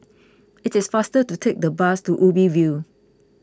it is faster to take the bus to Ubi View